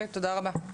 תודה רבה.